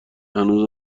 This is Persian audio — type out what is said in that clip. هنوز